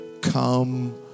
Come